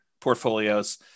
portfolios